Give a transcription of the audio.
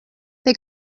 they